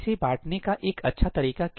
इसे बांटने का एक अच्छा तरीका क्या है